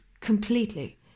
completely